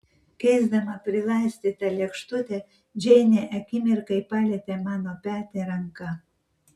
keisdama prilaistytą lėkštutę džeinė akimirkai palietė mano petį ranka